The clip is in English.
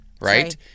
right